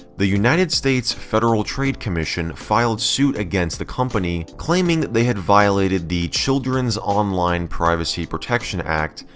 the united states federal trade commission filed suit against the company claiming that they had violated the children's online privacy protection act,